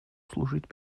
служить